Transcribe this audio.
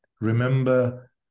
remember